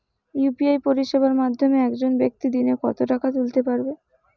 UPI পরিষেবার মাধ্যমে একজন ব্যাক্তি দিনে কত টাকা তুলতে পারবে?